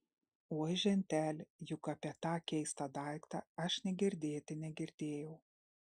oi ženteli juk apie tą keistą daiktą aš nė girdėti negirdėjau